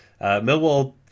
Millwall